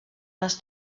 les